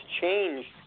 changed